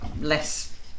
less